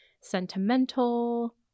sentimental